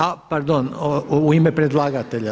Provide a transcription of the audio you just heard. A pardon, u ime predlagatelja.